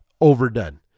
overdone